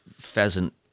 pheasant